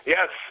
Yes